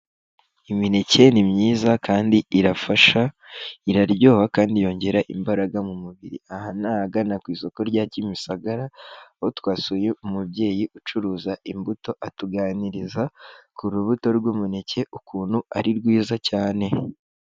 Imineke ni myiza kandi irafasha, iraryoha kandi yongera imbaraga mu mubiri, aha ni ahagana ku isoko rya Kimisagara, aho twasuye umubyeyi ucuruza imbuto atuganiriza ku rubuto rw'umuneke ukuntu ari rwiza cyane.